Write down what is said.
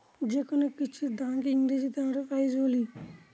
যেকোনো কিছুর দামকে ইংরেজিতে আমরা প্রাইস বলি